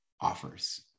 offers